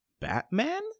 Batman